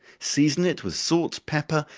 season it with salt, pepper,